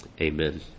Amen